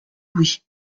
louis